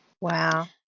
wow